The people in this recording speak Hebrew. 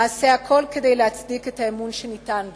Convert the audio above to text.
אעשה הכול כדי להצדיק את האמון שניתן בי.